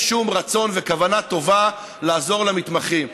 שום רצון וכוונה טובה לעזור למתמחים.